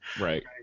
Right